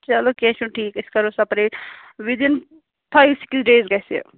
چَلو کیٚنٛہہ چھُنہٕ ٹھیٖک أسۍ کَرو separate with in five six days گژھِ یہِ